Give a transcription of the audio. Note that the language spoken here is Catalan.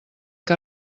que